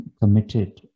committed